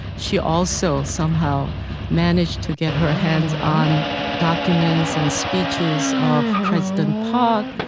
she also somehow managed to get her hands on documents and speeches of president park,